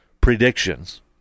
predictions